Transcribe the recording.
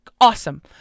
awesome